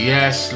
Yes